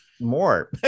more